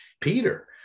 Peter